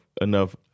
enough